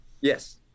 Yes